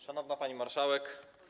Szanowna Pani Marszałek!